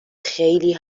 خیلی